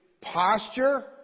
posture